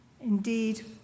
Indeed